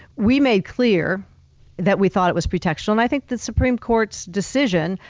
we made clear that we thought it was pretextual, and i think the supreme court's decision,